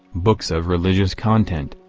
books of religious content,